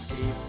Keep